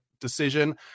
decision